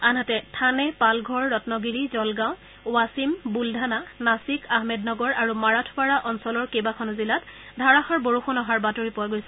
আনহাতে থানে পালঘৰ ৰল্গগিৰি জলগাঁও ৱাছিম বুলধানা নাছিক আহমেদনগৰ আৰু মাৰাথৱাড়া অঞ্চলৰ কেইবাখনো জিলাত ধাৰাষাৰ বৰষুণ অহাৰ বাতৰি পোৱা গৈছে